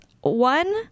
one